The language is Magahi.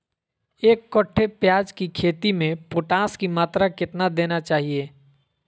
एक कट्टे प्याज की खेती में पोटास की मात्रा कितना देना चाहिए?